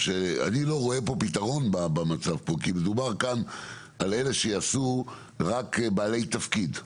כאן אני לא רואה פתרון כי מדובר על כך שיעשו רק בעלי תפקיד.